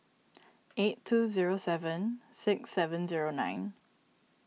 eight two zero seven six seven zero nine